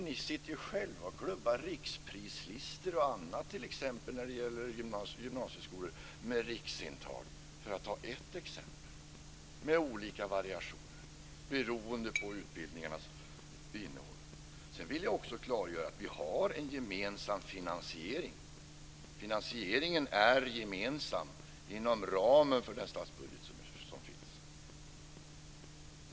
Ni sitter ju själva och klubbar riksprislistor och annat när det gäller t.ex. gymnasieskolor med riksintag med olika variationer beroende på utbildningarnas innehåll. Det är bara ett exempel. Sedan vill jag också klargöra att vi har en gemensam finansiering. Finansieringen är gemensam inom ramen för den statsbudget som finns.